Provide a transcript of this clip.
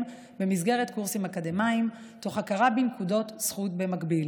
במסגרת קורסים אקדמיים תוך הכרה בנקודות זכות במקביל.